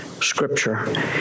Scripture